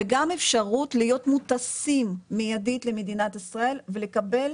וגם אפשרות להיות מוטסים מיידית למדינת ישראל ולקבל